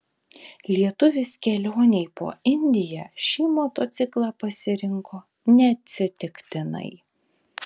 lietuvis kelionei po indiją šį motociklą pasirinko neatsitiktinai